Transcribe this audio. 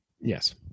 Yes